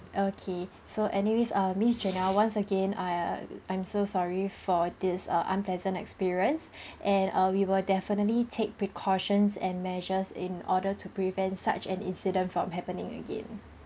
okay so anyways um miss janelle once again I I I'm so sorry for this err unpleasant experience and err we will definitely take precautions and measures in order to prevent such an incident from happening again